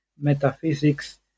metaphysics